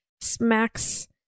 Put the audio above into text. smacks